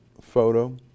photo